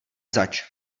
zač